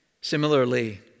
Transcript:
Similarly